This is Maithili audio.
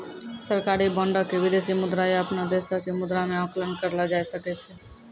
सरकारी बांडो के विदेशी मुद्रा या अपनो देशो के मुद्रा मे आंकलन करलो जाय सकै छै